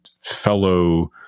fellow